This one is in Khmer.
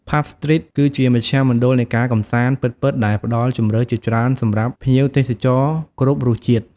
ផាប់ ស្ទ្រីត គឺជា មជ្ឈមណ្ឌលនៃការកម្សាន្ត ពិតៗ ដែលផ្ដល់ជម្រើសជាច្រើនសម្រាប់ភ្ញៀវទេសចរគ្រប់រសជាតិ។